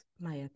Maya